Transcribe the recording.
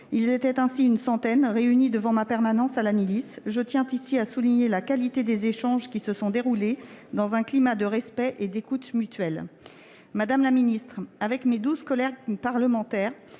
Ils étaient une centaine, réunis devant ma permanence à Lannilis. Je tiens ici à souligner la qualité de nos échanges, qui se sont déroulés dans un climat de respect et d'écoute mutuelle. Madame la ministre, mes douze collègues parlementaires